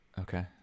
Okay